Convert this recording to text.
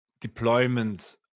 deployment